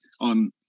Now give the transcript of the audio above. on